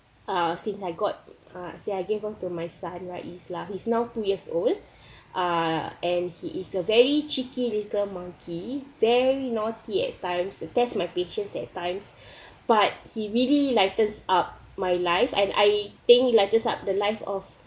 uh since I got uh since I gave birth to my son rais lah he's now two years old uh and he is a very cheeky little monkey very naughty at times test my patience at times but he really lightens up my life and I think lightens up the life of